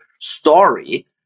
story